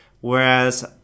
Whereas